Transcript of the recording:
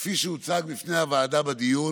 כפי שהוצג בפני הוועדה בדיון,